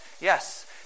Yes